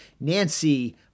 Nancy